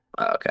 okay